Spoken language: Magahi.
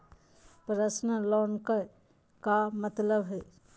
पर्सनल लोन के का मतलब हई?